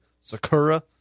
Sakura